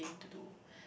to do